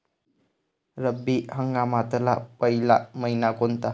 रब्बी हंगामातला पयला मइना कोनता?